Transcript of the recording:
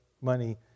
money